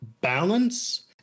balance